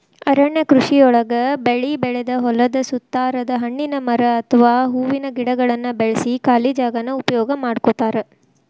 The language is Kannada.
ಅರಣ್ಯ ಕೃಷಿಯೊಳಗ ಬೆಳಿ ಬೆಳದ ಹೊಲದ ಸುತ್ತಾರದ ಹಣ್ಣಿನ ಮರ ಅತ್ವಾ ಹೂವಿನ ಗಿಡಗಳನ್ನ ಬೆಳ್ಸಿ ಖಾಲಿ ಜಾಗಾನ ಉಪಯೋಗ ಮಾಡ್ಕೋತಾರ